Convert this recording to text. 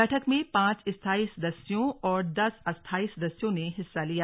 बैठक में पांच स्थायी सदस्यों और दस अस्थायी सदस्यों ने हिस्सा लिया